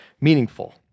meaningful